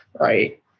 right